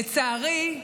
לצערי,